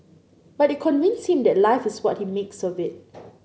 but they convinced him that life is what he makes of it